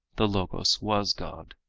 the logos was god.